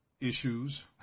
issues